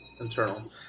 Internal